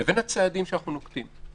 לבין הצעדים שאנחנו נוקטים.